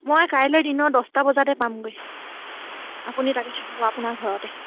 মই কাইলৈ দিনৰ দহটা বজাতে পামগৈ আপুনি তাতে থাকিব আপোনাৰ ঘৰতে